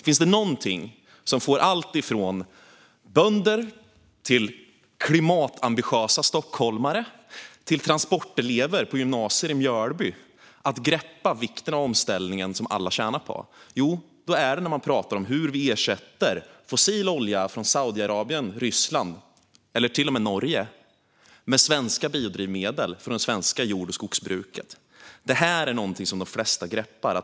Finns det någonting som får alltifrån bönder till klimatambitiösa stockholmare och transportelever på gymnasier i Mjölby att greppa vikten av en omställning som alla tjänar på är det när man talar hur vi ersätter fossil olja från Saudiarabien, Ryssland eller till och med Norge med biodrivmedel från det svenska jord och skogsbruket. Detta är något som de flesta greppar.